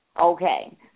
Okay